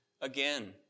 again